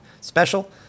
special